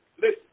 Listen